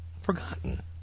forgotten